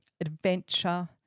adventure